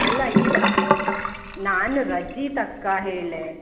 ಅಲ್ಲ ಇವ ನಾನು ರಜೆ ತಗೋ ಹೇಳೇ